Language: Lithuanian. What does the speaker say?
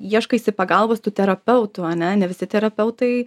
ieškaisi pagalbos tų terapeutų ane ne visi terapeutai